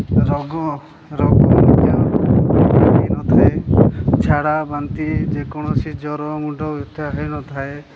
ରୋଗ ରୋଗ ମଧ୍ୟ ହୋଇନଥାଏ ଝାଡ଼ା ବାନ୍ତି ଯେକୌଣସି ଜ୍ଵର ମୁଣ୍ଡ ବ୍ୟଥା ହୋଇନଥାଏ